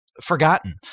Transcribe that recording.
forgotten